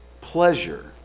pleasure